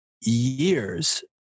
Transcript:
years